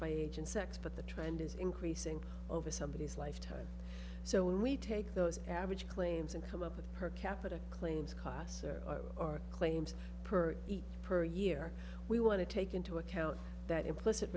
by age and sex but the trend is increasing over somebody as lifetime so when we take those average claims and come up with per capita claims costs are or claims per each per year we want to take into account that implicit